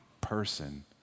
person